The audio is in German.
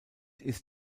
ist